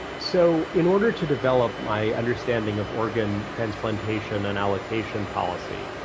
so, in order to develop my understanding of organ transplantation and allocation policy,